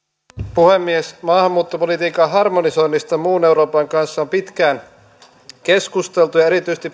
puhemies maahanmuuttopolitiikan harmonisoinnista muun euroopan kanssa on pitkään keskusteltu erityisesti